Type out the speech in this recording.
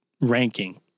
ranking